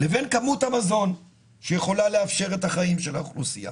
לבין כמות המזון שיכולה לאפשר את החיים של האוכלוסייה